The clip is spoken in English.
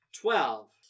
Twelve